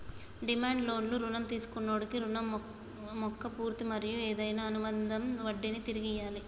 demand లోన్లు రుణం తీసుకొన్నోడి రుణం మొక్క పూర్తి మరియు ఏదైనా అనుబందిత వడ్డినీ తిరిగి ఇయ్యాలి